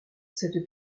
cette